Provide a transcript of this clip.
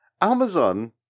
Amazon